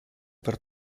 per